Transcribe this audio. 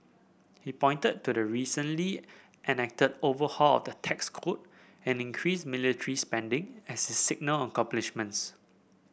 he pointed to the recently enacted overhaul of the tax code and increased military spending as his signal accomplishments